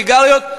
סיגריות,